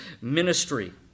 ministry